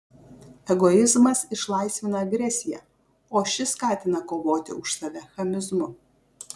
egoizmas išlaisvina agresiją o ši skatina kovoti už save chamizmu